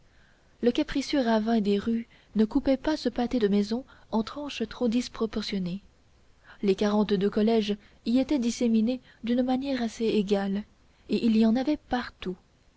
le capricieux ravin des rues ne coupait pas ce pâté de maisons en tranches trop disproportionnées les quarante-deux collèges y étaient disséminés d'une manière assez égale et il y en avait partout